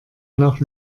nach